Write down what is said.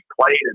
played